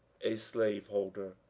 a slaveholder!